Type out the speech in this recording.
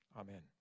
Amen